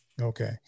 Okay